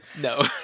No